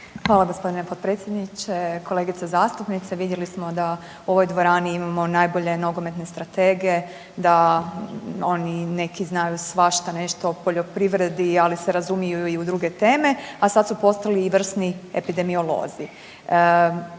Hvala gospodine potpredsjedniče. Kolegice zastupnice, vidjeli smo da u ovoj dvorani imamo najbolje nogometne stratege, da oni neki znaju svašta nešto o poljoprivredi ali se razumiju i u druge teme, a sad su postali i vrsni epidemiolozi.